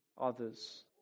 others